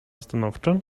stanowczo